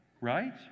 Right